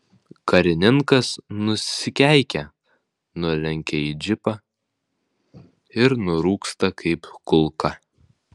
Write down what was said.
karininkas nusikeikia nulekia į džipą ir nurūksta kaip kulka